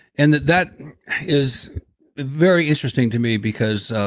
and that that is very interesting to me because ah